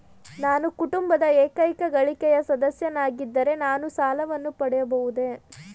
ನಾನು ಕುಟುಂಬದ ಏಕೈಕ ಗಳಿಕೆಯ ಸದಸ್ಯನಾಗಿದ್ದರೆ ನಾನು ಸಾಲವನ್ನು ಪಡೆಯಬಹುದೇ?